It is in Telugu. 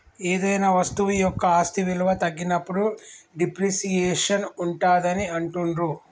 ఏదైనా వస్తువు యొక్క ఆస్తి విలువ తగ్గినప్పుడు డిప్రిసియేషన్ ఉంటాదని అంటుండ్రు